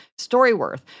StoryWorth